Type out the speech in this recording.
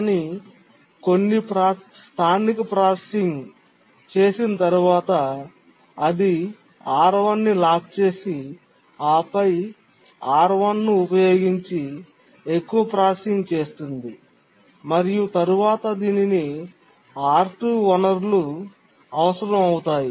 కానీ కొన్ని స్థానిక ప్రాసెసింగ్ చేసిన తరువాత అది R1 ని లాక్ చేసి ఆపై R1 ను ఉపయోగించి ఎక్కువ ప్రాసెసింగ్ చేస్తుంది మరియు తరువాత దీనికి R2 వనరులు అవసరం అవుతాయి